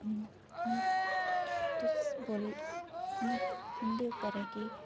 हून तुस बोलो तुं'दे उप्पर ऐ की